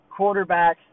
quarterbacks